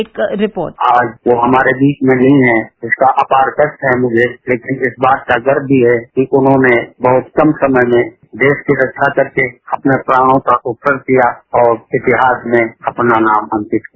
एक रिपोर्ट आज वो हमारे बीच में नहीं हैं इसका आपार कष्ट है मुझे लेकिन इस बात का गर्व भी है कि उन्होंने बहुत कम समय में देश की रक्षा करते अपने प्राणों को अर्पण किया और इतिहास में अपना नाम अंकित किया